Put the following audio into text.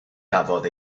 gafodd